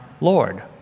Lord